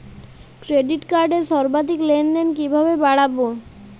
Credit কার্ডের সর্বাধিক লেনদেন কিভাবে বাড়াবো?